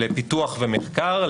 לפיתוח ומחקר,